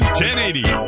1080